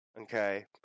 okay